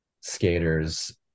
skaters